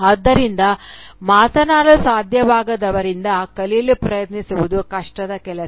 ಆದ್ದರಿಂದ ಮಾತನಾಡಲು ಸಾಧ್ಯವಾಗದವರಿಂದ ಕಲಿಯಲು ಪ್ರಯತ್ನಿಸುವುದು ಕಷ್ಟದ ಕೆಲಸ